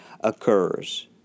occurs